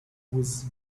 with